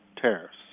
tariffs